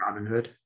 Robinhood